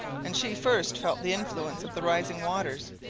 and she first felt the influence of the rising waters.